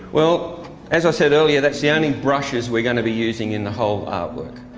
well as i said earlier, that's the only brushes we're going to be using in the whole art work.